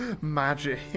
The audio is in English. magic